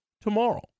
tomorrow